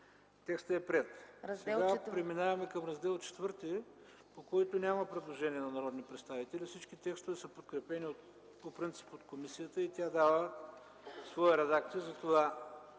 Текстът е приет. Сега преминаваме към Раздел ІV, по който няма предложения на народни представители, всички текстове са подкрепени по принцип от комисията и тя дава своя редакция. Затова